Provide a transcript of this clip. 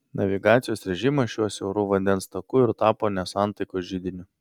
navigacijos režimas šiuo siauru vandens taku ir tapo nesantaikos židiniu